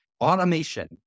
automation